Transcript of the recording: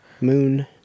moon